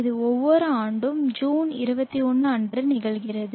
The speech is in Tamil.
இது ஒவ்வொரு ஆண்டும் ஜூன் 21 அன்று நிகழ்கிறது